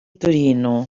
torino